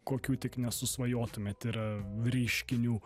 kokių tik nesusvajotumėt yra reiškinių